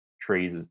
trees